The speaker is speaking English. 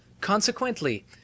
Consequently